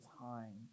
time